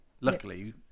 luckily